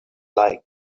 like